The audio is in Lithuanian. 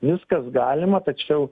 viskas galima tačiau